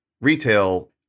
retail